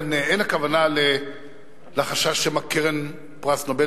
כאן אין הכוונה לחשש שמא קרן פרס נובל